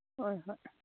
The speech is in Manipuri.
ꯍꯣꯏ ꯍꯣꯏ